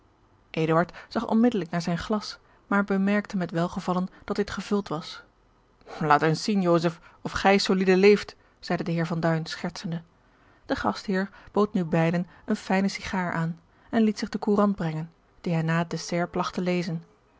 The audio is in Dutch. zag onmiddellijk naar zijn glas maar bemerkte met welgevallen dat dit gevuld was laat eens zien joseph of gij soliede leeft zeide de heer van duin schertsende de gastheer bood nu beiden eene fijne sigaar aan en liet zich de courant brengen die hij na het dessert plagt te lezen